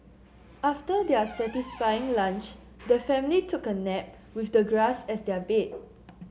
after their satisfying lunch the family took a nap with the grass as their bed